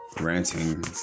ranting